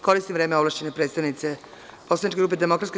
Koristim vreme ovlašćene predstavnice Poslaničke grupe DS.